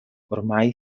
ormai